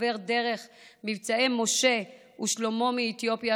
עובר דרך מבצעי משה ושלמה מאתיופיה,